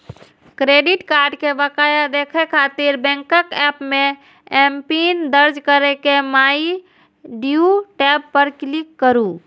credit card के बकाया देखै खातिर बैंकक एप मे एमपिन दर्ज कैर के माइ ड्यू टैब पर क्लिक करू